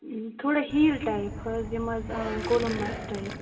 تھوڑا ہیٖل ٹایِپ حظ یِم حظ کولَمبَس ٹایِپ